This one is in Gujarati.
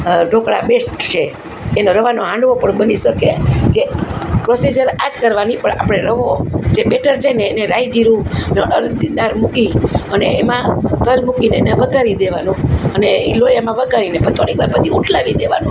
ઢોકળા બેસ્ટ છે એનો રવાનો હાંડવો પણ બની શકે જે પ્રોસીજર આ જ કરવાની પણ આપણે રવો જે બેટર છે ને એને રાઈ જીરું અડદની દાર મૂકી અને એમાં તલ મૂકીને એને વઘારી દેવાનું અને એ લોયામાં વઘારીને પછી થોડીકવાર પછી ઊથલાવી દેવાનું